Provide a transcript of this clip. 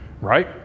Right